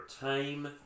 time